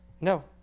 No